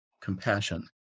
compassion